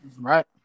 Right